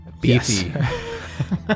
Beefy